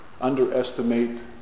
underestimate